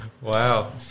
Wow